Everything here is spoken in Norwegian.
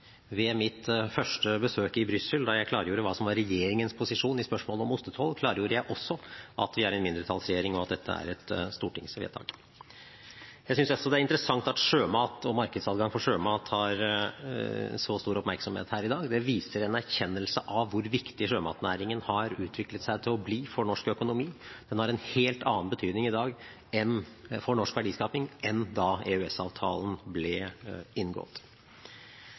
ved mitt første besøk i Brussel, der jeg klargjorde hva som var regjeringens posisjon i spørsmålet om ostetoll, klargjorde jeg også at vi er en mindretallsregjering, og at dette er et stortingsvedtak. Jeg synes også det er interessant at sjømat og markedsadgang for sjømat har så stor oppmerksomhet her i dag. Det viser en erkjennelse av hvor viktig sjømatnæringen har utviklet seg til å bli for norsk økonomi. Den har en helt annen betydning i dag for norsk verdiskaping enn da EØS-avtalen ble inngått.